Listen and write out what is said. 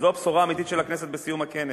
זו הבשורה האמיתית של הכנסת בסיום הכנס,